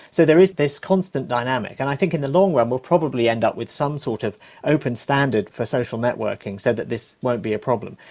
so there is this constant dynamic. and i think in the long run we'll probably end up with some sort of open standard for social networking so that this won't be a problem.